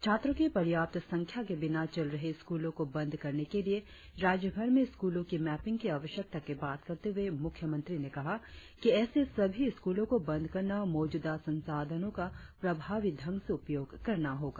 छात्रों की पर्याप्त संख्या के बिना चल रहे स्कूलों को बंद करने के लिए राज्यभर में स्कूलों की मैपिंग की आवश्यकता की बात करते हुए मुख्यमंत्री ने कहा कि ऐसे सभी स्कूलों को बंद करना मौजूदा संसाधनों का प्रभावी ढंग से उपयोग करना होगा